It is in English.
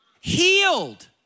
healed